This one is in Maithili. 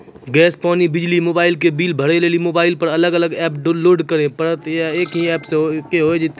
गैस, पानी, बिजली, मोबाइल के बिल भरे लेली मोबाइल पर अलग अलग एप्प लोड करे परतै या एक ही एप्प से होय जेतै?